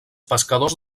pescadors